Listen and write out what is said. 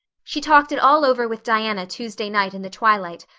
she talked it all over with diana tuesday night in the twilight,